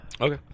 Okay